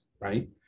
right